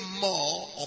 more